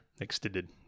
extended